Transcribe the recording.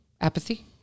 Apathy